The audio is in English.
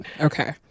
Okay